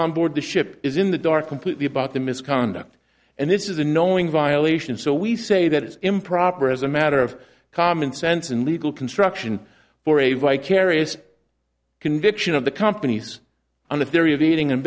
on board the ship is in the dark completely about the misconduct and this is a knowing violation so we say that is improper as a matter of common sense and legal construction for a vicarious conviction of the companies on the theory of eating and